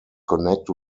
connect